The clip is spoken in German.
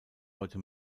heute